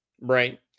Right